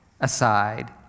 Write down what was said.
aside